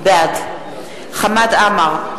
בעד חמד עמאר,